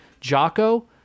Jocko